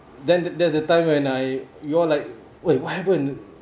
then that's the time when I you all like wai~ what happen